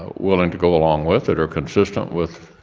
willing to go along with that are consistent with